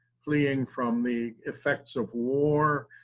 fleeing from the effects of war,